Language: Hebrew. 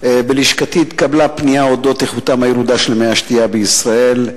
בלשכתי התקבלה פנייה אודות איכותם הירודה של מי השתייה בישראל.